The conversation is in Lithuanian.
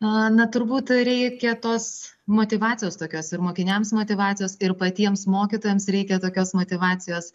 na turbūt reikia tos motyvacijos tokios ir mokiniams motyvacijos ir patiems mokytojams reikia tokios motyvacijos